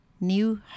new